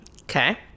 Okay